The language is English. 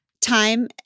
time